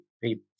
people